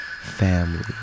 family